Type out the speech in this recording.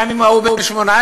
גם אם הוא בן 18,